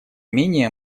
менее